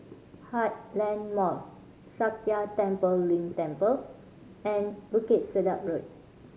Heartland Mall Sakya Tenphel Ling Temple and Bukit Sedap Road